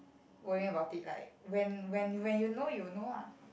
worrying about it like when when when you know you know ah